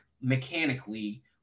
mechanically